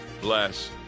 bless